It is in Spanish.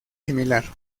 similar